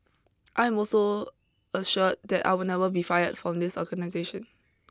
I am also assured that I would never be fired from this organisation